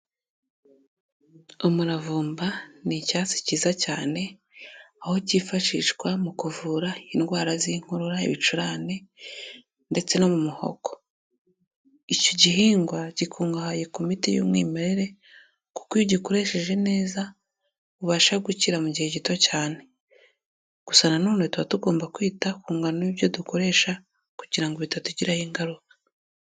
Umuravumba ni icyatsi cyiza cyane, aho cyifashishwa mu kuvura indwara z'inkorora, ibicurane ndetse no mu muhogo, icyo gihingwa gikungahaye ku miti y'umwimerere, kuko iyo ugikoresheje neza, ubasha gukira mu gihe gito cyane, gusa na none tuba tugomba kwita ku ngano y'ibyo dukoresha, kugira ngo bitatugiraho ingaruka.